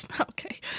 okay